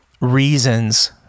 reasons